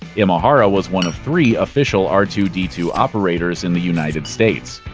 imahara was one of three official r two d two operators in the united states.